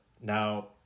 Now